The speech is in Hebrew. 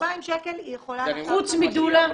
חוץ מדולה.